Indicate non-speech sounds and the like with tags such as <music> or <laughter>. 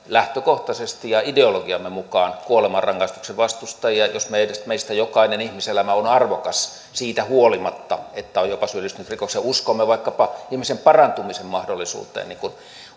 <unintelligible> lähtökohtaisesti ja ideologiamme mukaan kuolemanrangaistuksen vastustajia jos meistä jokainen ihmiselämä on arvokas siitä huolimatta että on jopa syyllistynyt rikokseen uskomme vaikkapa ihmisen parantumisen mahdollisuuteen niin kuin